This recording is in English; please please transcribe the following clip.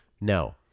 no